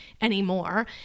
anymore